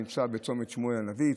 צומת שמואל הנביא,